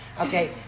okay